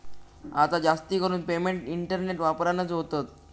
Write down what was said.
आता जास्तीकरून payment internet वापरानच होतत